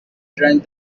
drank